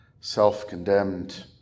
self-condemned